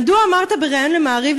מדוע אמרת בריאיון ל"מעריב",